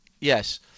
yes